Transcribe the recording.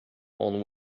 own